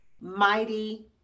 mighty